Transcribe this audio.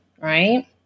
right